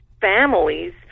families